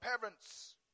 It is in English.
parents